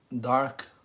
dark